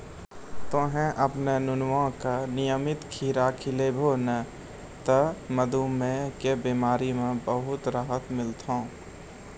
तोहॅ आपनो नुनुआ का नियमित खीरा खिलैभो नी त मधुमेह के बिमारी म बहुत राहत मिलथौं